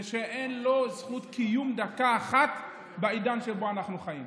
ואין לזה זכות קיום דקה אחת בעידן שבו אנחנו חיים.